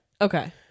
Okay